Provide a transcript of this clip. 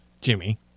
Jimmy